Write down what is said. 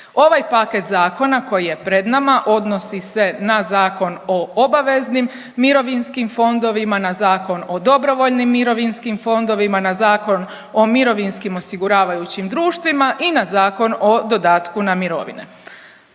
Ovaj paket zakona koji je pred nama odnosi se na Zakon o obaveznim mirovinskim fondovima, na Zakon o dobrovoljnim mirovinskim fondovima, na Zakon o mirovinskim osiguravajućim društvima i na Zakon o dodatku na mirovine.